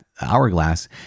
hourglass